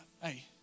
Hey